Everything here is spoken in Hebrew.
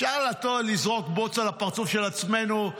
אפשר לזרוק בוץ על הפרצוף של עצמנו,